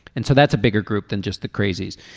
and so that's a bigger group than just the crazies.